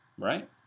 right